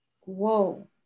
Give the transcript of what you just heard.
whoa